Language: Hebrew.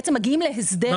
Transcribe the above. בעצם מגיעים להסדר,